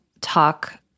talk